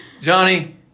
Johnny